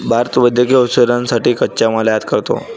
भारत वैद्यकीय औषधांसाठी कच्चा माल आयात करतो